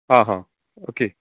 आं हां ओके